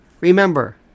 Remember